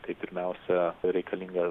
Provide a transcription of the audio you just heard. tai pirmiausia reikalinga